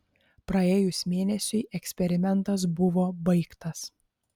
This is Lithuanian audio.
praėjus mėnesiui eksperimentas buvo baigtas